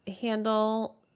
handle